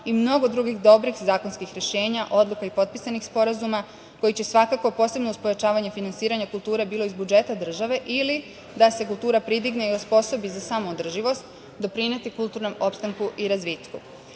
i mnogo drugih dobrih zakonskih rešenja, odluka i potpisanih sporazuma koji će svakako, uz pojačavanje finansiranja kulture, bilo iz budžeta države, ili da se kultura pridigne i osposobi za samoodrživost, doprineti kulturnom opstanku i razvitku. Moje